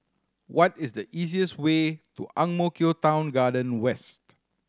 what is the easiest way to Ang Mo Kio Town Garden West